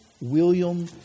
William